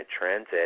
transit